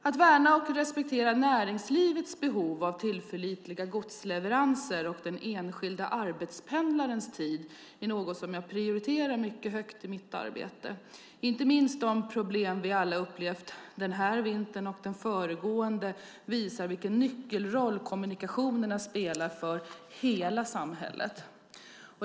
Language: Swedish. Att värna och respektera näringslivets behov av tillförlitliga godsleveranser och den enskilde arbetspendlarens tid är något som jag prioriterar mycket högt i mitt arbete. Inte minst de problem vi alla upplevt denna vinter och den föregående visar vilken nyckelroll kommunikationerna spelar för hela samhället.